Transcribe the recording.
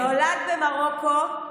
נולד במרוקו,